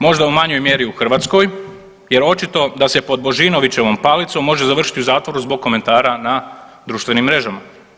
Možda u manjoj mjeri u Hrvatskoj jer očito da se pod Božinovićevom palicom može završiti u zatvoru zbog komentara na društvenim mrežama.